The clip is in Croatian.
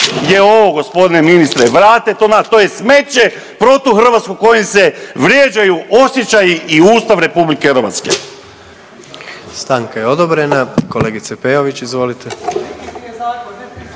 je ovo g. ministre, vratite to na…, to je smeće protuhrvatsko kojim se vrijeđaju osjećaji i Ustav RH.